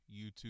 YouTube